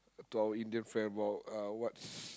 to our Indian friend while uh what's